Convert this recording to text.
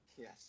yes